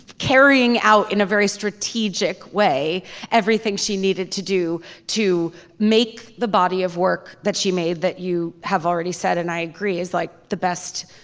carrying out in a very strategic way everything she needed to do to make the body of work that she made that you have already said and i agree is like the best.